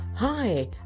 Hi